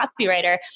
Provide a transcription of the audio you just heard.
copywriter